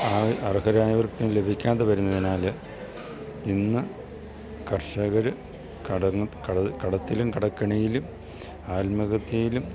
ആ അർഹരായവർക്കും ലഭിക്കാതെ വരുന്നതിനാൽ ഇന്ന് കർഷകർ കട കടത്തിലും കടക്കെണിയിലും ആത്മഹത്യയിലും